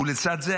ולצד זה,